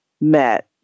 met